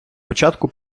початку